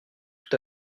tout